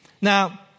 Now